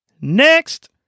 Next